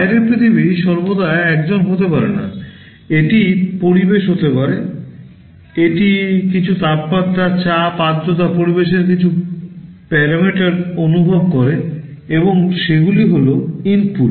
বাইরের পৃথিবী সর্বদা একজন হতে পারে না এটি পরিবেশ হতে পারে এটি কিছু তাপমাত্রা চাপ আর্দ্রতা পরিবেশের কিছু parameter অনুভব করে এবং সেগুলি হল ইনপুট